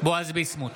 בועז ביסמוט,